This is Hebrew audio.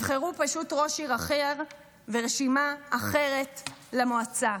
בחרו פשוט ראש עיר אחר ורשימה אחרת למועצה.